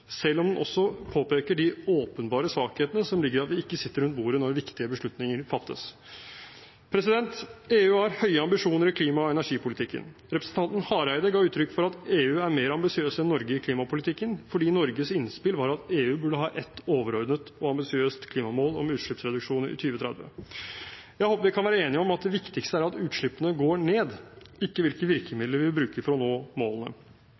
selv om den også påpeker de åpenbare svakhetene som ligger i at vi ikke sitter rundt bordet når viktige beslutninger fattes. EU har høye ambisjoner i klima- og energipolitikken. Representanten Hareide ga uttrykk for at EU er mer ambisiøs enn Norge i klimapolitikken fordi Norges innspill var at EU burde ha et overordnet og ambisiøst klimamål om utslippsreduksjon i 2030. Jeg håper vi kan være enige om at det viktigste er at utslippene går ned, ikke hvilke virkemidler vi bruker for å nå målene.